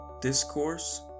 discourse